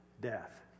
death